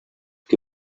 que